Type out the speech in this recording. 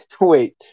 Wait